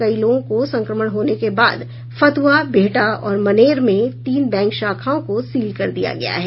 कई लोगों को संक्रमण होने के बाद फतुहा बिहटा और मनेर में तीन बैंक शाखाओं को सील कर दिया गया है